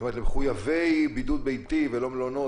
זאת אומרת למחויבי בידוד ביתי ולא מלונות,